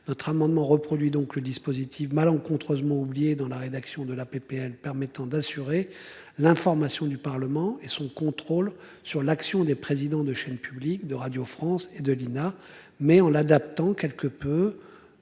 notre amendement reproduit donc le dispositif malencontreusement oublié dans la rédaction de la PPL permettant d'assurer l'information du Parlement et son contrôle sur l'action des présidents de chaînes publiques de Radio France et de l'INA. Mais en l'adaptant quelques.